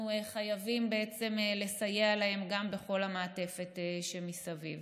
אנחנו חייבים לסייע להם בכל המעטפת שמסביב.